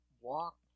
walk